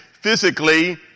physically